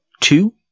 two